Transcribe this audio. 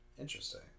Interesting